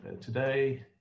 today